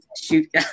shoot